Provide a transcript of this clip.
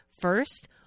First